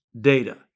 data